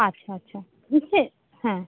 আচ্ছা আচ্ছা বুঝতে হ্যাঁ